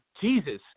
Jesus